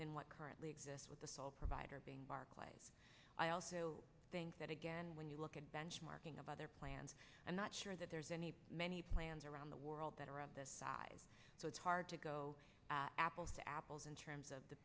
than what currently exists with the sole provider being barclays i also think that again when you look at benchmarking of other plans i'm not sure that there's any many plans around the world that are of this size so it's hard to go apples to apples in terms of the